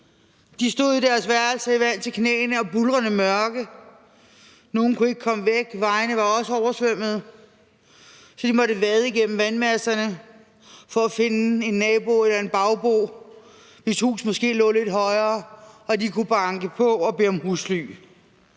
de stod i deres værelser i vand til knæene og i buldrende mørke, nogle kunne ikke komme væk, vejene var også oversvømmet, de måtte vade gennem vandmasserne for at finde en nabo eller en genbo, hvis hus lå lidt højt, og hvor de kunne banke på og bede om husly.